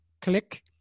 click